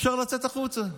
אפשר לצאת החוצה.